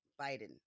Biden